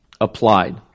applied